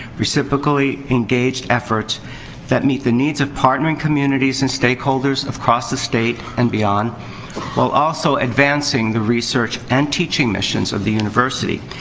reciprocally engaged effort that meet the needs of partnering communities and stakeholders across the state and beyond while also advancing the research and teaching missions of the university.